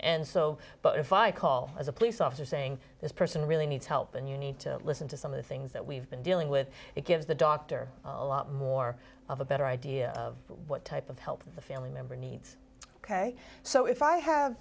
and so but if i call as a police officer saying this person really needs help and you need to listen to some of the things that we've been dealing with it gives the doctor a lot more of a better idea of what type of help the family member needs ok so if i have